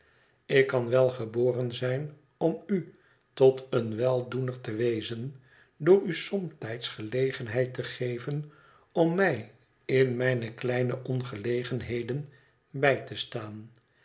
ik kan wel geboren zijn om u tot een weldoener te wezen door u somtijds gelegenheid te geven om mij in mijne kleine ongelegenheden bij te staan